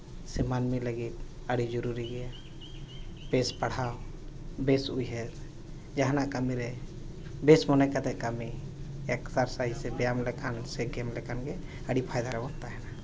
ᱥᱮ ᱢᱟᱹᱱᱢᱤ ᱞᱟᱹᱜᱤᱫ ᱟᱹᱰᱤ ᱡᱚᱨᱩᱨᱤ ᱜᱮᱭᱟ ᱵᱮᱥ ᱯᱟᱲᱦᱟᱣ ᱵᱮᱥ ᱩᱭᱦᱟᱹᱨ ᱡᱟᱦᱟᱱᱟᱜ ᱠᱟᱹᱢᱤ ᱨᱮ ᱵᱮᱥ ᱢᱚᱱᱮ ᱠᱟᱛᱮ ᱠᱟᱹᱢᱤ ᱮᱠᱥᱟᱨ ᱥᱟᱭᱤᱡᱽ ᱥᱮ ᱵᱮᱭᱟᱢ ᱞᱮᱠᱷᱟᱱ ᱥᱮ ᱜᱮᱢ ᱞᱮᱠᱷᱟᱱ ᱜᱮ ᱟᱹᱰᱤ ᱯᱷᱟᱭᱫᱟ ᱨᱮᱵᱚᱱ ᱛᱟᱦᱮᱱᱟ